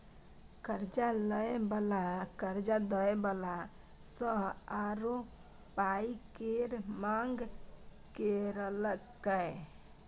कर्जा लय बला कर्जा दय बला सँ आरो पाइ केर मांग केलकै